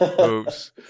oops